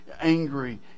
angry